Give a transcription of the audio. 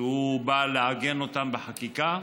שהוא בא לעגן אותם בחקיקה?